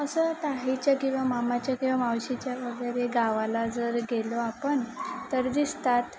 असं ताईच्या किंवा मामाच्या किंवा मावशीच्या वगैरे गावाला जर गेलो आपण तर दिसतात